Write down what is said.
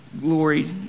glory